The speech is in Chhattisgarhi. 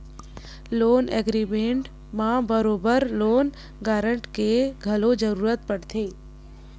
लोन एग्रीमेंट म बरोबर लोन गांरटर के घलो जरुरत पड़थे